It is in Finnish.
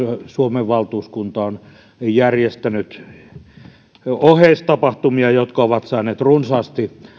suomen valtuuskunta on miltei poikkeuksetta järjestänyt kokousten yhteydessä oheistapahtumia jotka ovat saaneet runsaasti